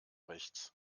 rechts